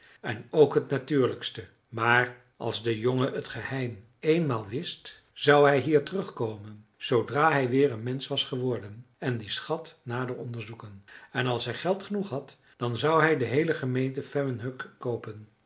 en ook het natuurlijkste maar als de jongen t geheim eenmaal wist zou hij hier terugkomen zoodra hij weer een mensch was geworden en dien schat nader onderzoeken en als hij geld genoeg had dan zou hij de heele gemeente vemmenhög koopen